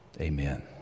Amen